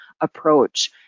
approach